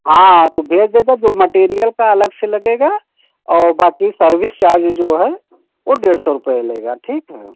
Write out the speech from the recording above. हाँ तो भेज देंगे तो मटेरियल का अलग से लगेगा और बाक़ी सर्विस चार्ज जो है वह डेढ़ सौ रूपये लेगा ठीक है